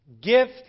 gift